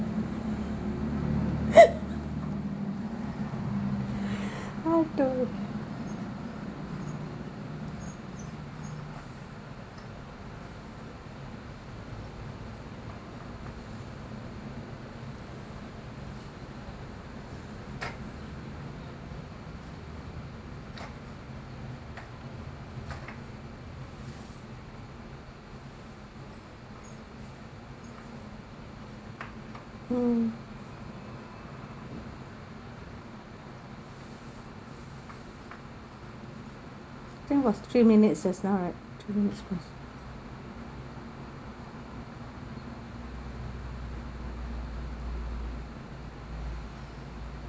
adui mm think was three minutes just now right three minutes plus